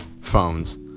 phones